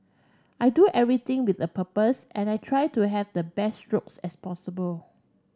I do everything with a purpose and I try to have the best strokes as possible